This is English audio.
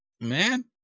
Man